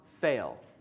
fail